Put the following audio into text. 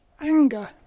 anger